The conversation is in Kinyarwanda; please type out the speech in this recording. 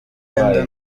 wenda